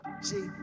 see